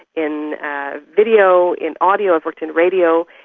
in video, in audio, i've worked in radio,